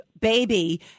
baby